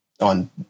on